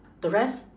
the rest